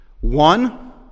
One